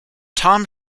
tom